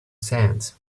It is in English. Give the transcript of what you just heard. sands